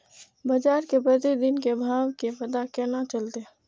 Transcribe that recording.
बजार के प्रतिदिन के भाव के पता केना चलते?